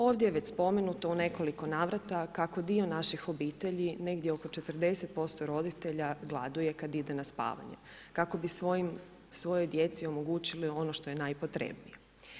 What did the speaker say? Ovdje je već spomenuto u nekoliko navrata kako dio naših obitelji negdje oko 40% roditelja gladuje kada ide na spavanje kako bi svojoj djeci omogućili ono što je najpotrebnije.